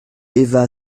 eva